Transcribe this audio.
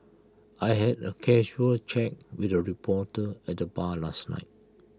I had A casual chat with A reporter at the bar last night